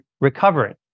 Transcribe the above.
recovering